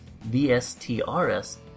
V-S-T-R-S